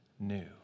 New